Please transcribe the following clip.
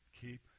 Keep